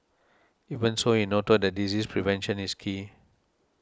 even so he noted that disease prevention is key